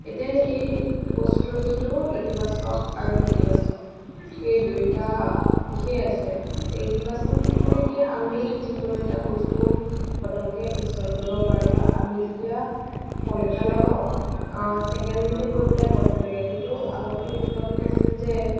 এতিয়া এই বস্তুটোৰ কিন্তু ইতিবাচক আৰু নীতিবাচক এই দুয়োটা দিশেই আছে এতিয়া ইতিবাচক দিশ মানে কি আমি যিকোনো এটা বস্তু পতককৈ ইনষ্টল কৰিব পাৰোঁ বা আমি যেতিয়া কল এটা লগাওঁ ছেকেণ্ডতে গৈ পেলাই কলটো লাগে কিন্তু আগতে এইটো প্ৰব্লেম আছিল যে